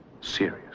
serious